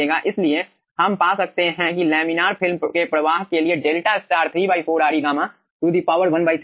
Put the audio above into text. इसलिए हम पा सकते हैं कि लैमिनार फिल्म के प्रवाह के लिए डेल्टा स्टार 34Re गामा ⅓ है